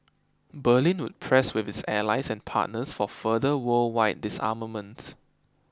Berlin would press with its allies and partners for further worldwide disarmament